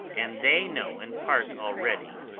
and they know in part already,